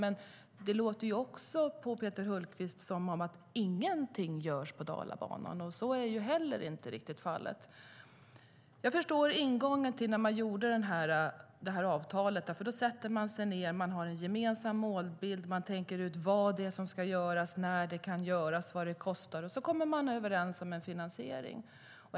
På Peter Hultqvist låter det som att ingenting görs på Dalabanan, men så är inte riktigt fallet. Jag förstår ingången till när avtalet gjordes. Man satte sig ned med en gemensam målbild. Man tänkte ut vad som ska göras, när det kan göras och vad det kostar, och så kom man överens om en finansiering.